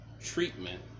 treatment